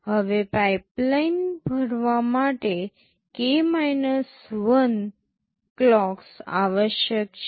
હવે પાઇપલાઇન ભરવા માટે k 1 ક્લોકસ આવશ્યક છે